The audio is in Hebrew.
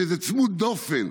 שזה צמוד דופן,